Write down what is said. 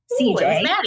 CJ